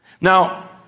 Now